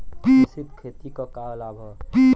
मिश्रित खेती क का लाभ ह?